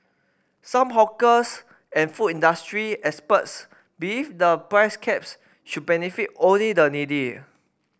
some hawkers and food industry experts believe the price caps should benefit only the needy